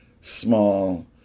small